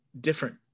different